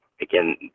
again